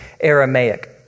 Aramaic